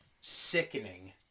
sickening